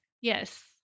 Yes